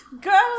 Girls